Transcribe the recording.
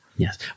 Yes